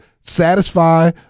satisfy